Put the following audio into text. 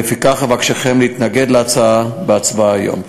לפיכך אבקשכם להתנגד להצעה בהצבעה היום.